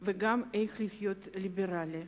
וגם איך להיות ליברלי,